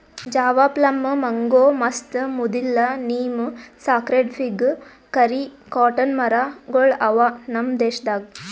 Java plum, mango, mast, ಮುದಿಲ್ಲ, neem, sacred fig, curry, cotton ಮರ ಗೊಳ್ ಅವಾ ನಮ್ ದೇಶದಾಗ್